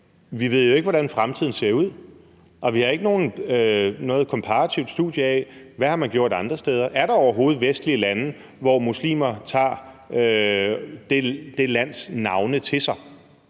vi ved jo ikke, hvordan fremtiden ser ud, og vi har ikke noget komparativt studie af, hvad man har gjort andre steder. Er der overhovedet vestlige lande, hvor muslimer tager de landes navne til sig?